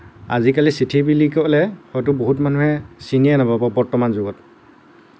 আজিকালি চিঠি বুলি ক'লে হয়তো বহুত মানুহে চিনিয়ে নাপাব বৰ্তমান যুগত